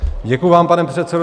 Děkuji vám, pane předsedo.